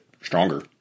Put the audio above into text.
stronger